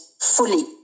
fully